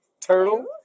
Turtle